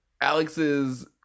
Alex's